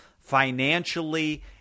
financially